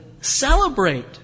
celebrate